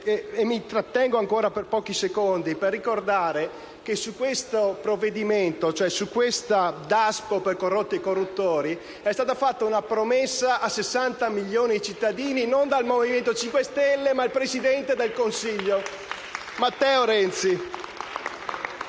mi trattengo ancora pochi secondi per ricordare che su questo provvedimento, cioè sul DASPO per corrotti e corruttori, è stata fatta una promessa a 60 milioni di cittadini non dal Movimento 5 Stelle, ma dal presidente del Consiglio Matteo Renzi.